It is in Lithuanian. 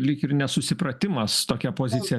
lyg ir nesusipratimas tokia pozicija